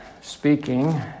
speaking